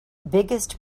biggest